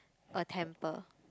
a temple